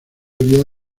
día